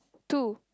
two